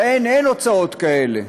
שלהן אין הוצאות כאלה.